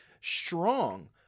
strong